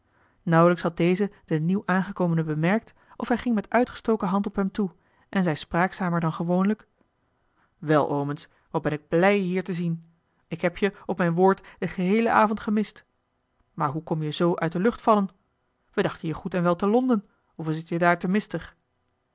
nauwelijks had deze den nieuw aangekomene bemerkt of hij ging met uitgestoken hand op hem toe en zei spraakzamer dan gewoonlijk wel omens wat ben ik blij je hier te zien ik heb je op mijn woord den geheelen avond gemist maar hoe kom je zoo uit de lucht gevallen we dachten je goed en wel te londen of is het je daar te mistig